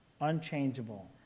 unchangeable